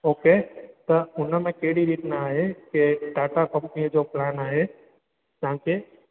okay त उनमें कहिड़ी रीति न आहे की टाटा कम्पनीअ जो प्लान आहे तव्हांखे